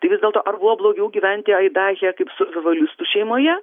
tai vis dėlto ar buvo blogiau gyventi aidahe kaip su survivalistų šeimoje